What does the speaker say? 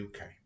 uk